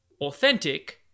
authentic